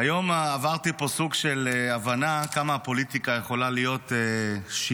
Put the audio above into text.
היום עברתי פה סוג של הבנה כמה הפוליטיקה יכולה להיות שקרית,